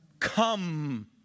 Come